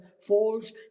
falls